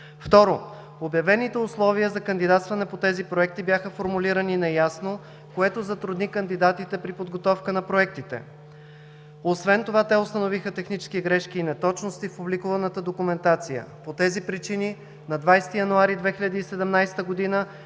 Второ, обявените условия за кандидатстване по тези проекти бяха формулирани неясно, което затрудни кандидатите при подготовка на проектите. Освен това те установиха технически грешки и неточности в публикуваната документация. По тези причини на 20 януари 2017 г.